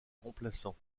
remplaçants